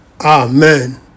Amen